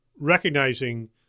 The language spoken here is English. recognizing